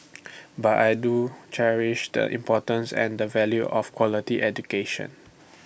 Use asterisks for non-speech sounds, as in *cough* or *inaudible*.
*noise* but I do cherish the importance and the value of quality education